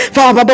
Father